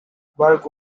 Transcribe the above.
burke